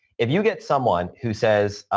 if you get someone who says,